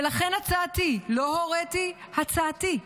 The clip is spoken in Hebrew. ולכן הצעתי, לא הוריתי, הצעתי,